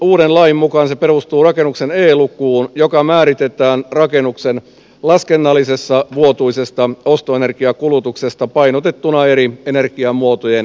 uuden lain mukaan se perustuu rakennuksen e lukuun joka määritetään rakennuksen laskennallisesta vuotuisesta ostoenergiakulutuksesta painotettuna eri energiamuotojen kertoimilla